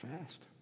fast